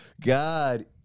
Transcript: God